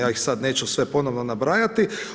Ja ih sad neću sve ponovno nabrajati.